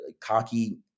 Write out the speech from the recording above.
cocky